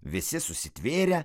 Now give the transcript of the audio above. visi susitvėrę